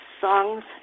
Songs